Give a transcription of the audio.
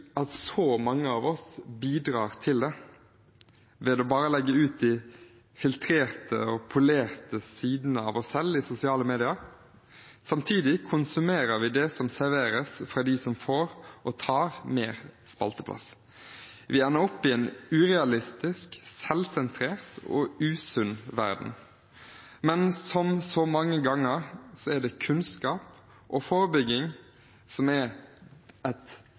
så mange av oss bidrar til det ved å legge ut bare de filtrerte og polerte sidene av oss selv i sosiale medier. Samtidig konsumerer vi det som serveres fra dem som får og tar mer spalteplass. Vi ender opp i en urealistisk, selvsentrert og usunn verden. Men som så mange ganger før: Det er kun kunnskap og forebygging som er et godt svar, og det gode svaret. Og det er et